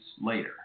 later